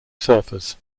surfers